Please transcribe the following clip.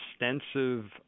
extensive